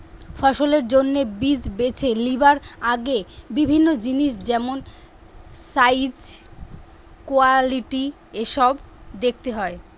ফসলের জন্যে বীজ বেছে লিবার আগে বিভিন্ন জিনিস যেমন সাইজ, কোয়ালিটি এসোব দেখতে হয়